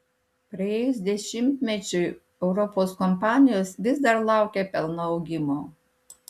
praėjus dešimtmečiui europos kompanijos vis dar laukia pelno augimo